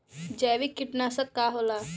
जैविक कीटनाशक का होला?